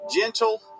gentle